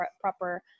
proper